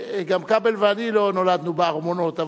גם כבל ואני לא נולדנו בארמונות,